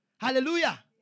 Hallelujah